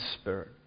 spirit